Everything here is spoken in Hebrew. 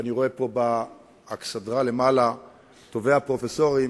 ואני רואה פה באכסדרה למעלה את טובי הפרופסורים,